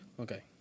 Okay